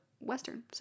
Western